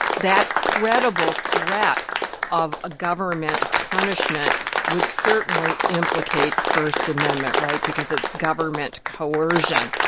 that credible threat of a government punishment would certainly implicate first amendment right because it's government coercion.